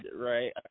right